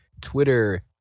Twitter